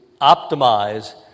optimize